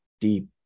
deep